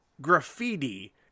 graffiti